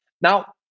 Now